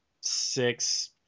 six